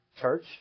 church